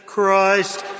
Christ